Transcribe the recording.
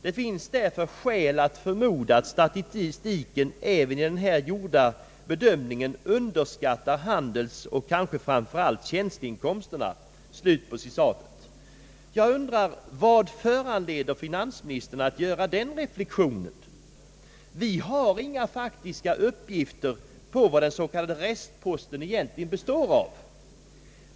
Det finns därför skäl att förmoda att statistiken även vid den här gjorda bedömningen underskattar handelsoch kanske framför allt tjänsteinkomsterna.» Jag undrar vad som föranleder finansministern att göra denna reflexion? Vi har inga faktiska uppgifter på vad den s.k. restposten egentligen består av.